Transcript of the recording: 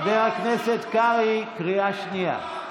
חבר הכנסת קרעי, קריאה שנייה.